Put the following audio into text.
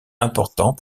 important